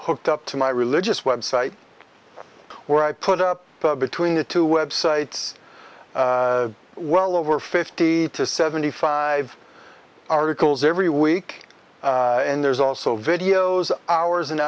looked up to my religious website where i put up between the two websites well over fifty to seventy five articles every week and there's also videos of hours and